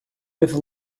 with